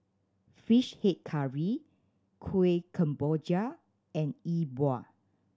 Fish Head Curry Kuih Kemboja and Yi Bua